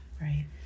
right